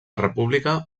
república